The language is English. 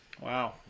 Wow